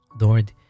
Lord